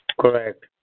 Correct